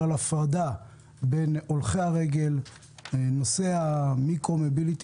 על הפרדה בין הולכי הרגל לנושא המיקרו מוביליטי,